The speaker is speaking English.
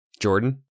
Jordan